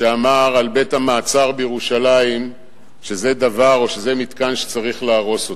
לומר על בית-המעצר בירושלים שזה מתקן שצריך להרוס אותו,